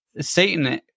Satan